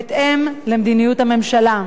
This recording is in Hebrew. בהתאם למדיניות הממשלה.